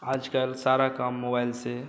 आज कल सारा काम मोबाइल से